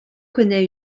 connaît